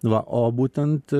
va o būtent